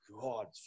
God